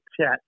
chat